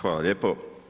Hvala lijepo.